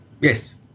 Yes